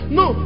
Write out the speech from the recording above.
no